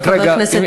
רק רגע,